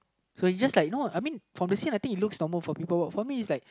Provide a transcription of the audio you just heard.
so it's just like you know I mean from the scene I think it's look normal for people but for me it's like